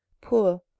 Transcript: poor